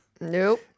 Nope